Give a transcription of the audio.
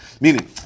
Meaning